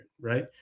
right